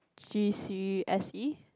G_C_S_E